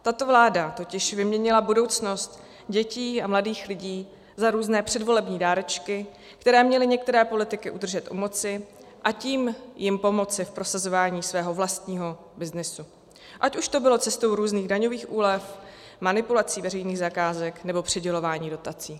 Tato vláda totiž vyměnila budoucnost dětí a mladých lidí za různé předvolební dárečky, které měly některé politiky udržet u moci, a tím jim pomoci v prosazování svého vlastního byznysu, ať už to bylo cestou různých daňových úlev, manipulací veřejných zakázek, nebo přidělování dotací.